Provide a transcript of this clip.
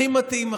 הכי מתאים,